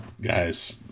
guys